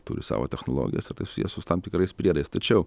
turi savo technologijas ir tai susiję sus tam tikrais priedais tačiau